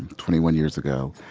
twenty one years ago,